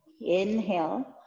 Inhale